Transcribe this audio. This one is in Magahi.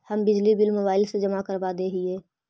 हम बिजली बिल मोबाईल से जमा करवा देहियै?